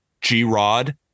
G-Rod